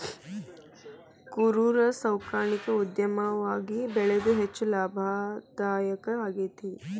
ಕುರರ ಸಾಕಾಣಿಕೆ ಉದ್ಯಮವಾಗಿ ಬೆಳದು ಹೆಚ್ಚ ಲಾಭದಾಯಕಾ ಆಗೇತಿ